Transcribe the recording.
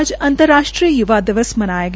आज अंतर्राष्ट्रीय यूवा दिवस मनाया गया